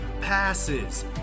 Passes